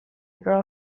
girl